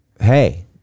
hey